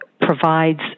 provides